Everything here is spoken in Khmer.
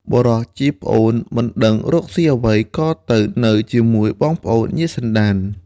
បុរសជាប្អូនមិនដឹងរកស៊ីអ្វី ក៏ទៅនៅជាមួយបងប្អូនញាតិសន្តាន។